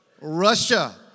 Russia